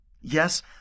yes